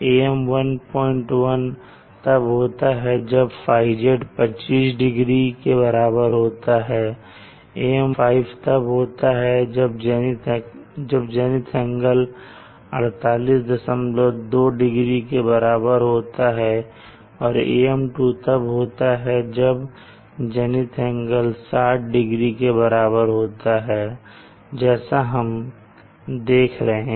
AM11 तब होता है जब θz25 डिग्री के बराबर होता है और AM15 तब होता है जब जेनिथ एंगल 4820 डिग्री के बराबर होता है और AM2 तब होता है जब जेनिथ एंगल 60 डिग्री के बराबर होता है जैसा हम देख रहे हैं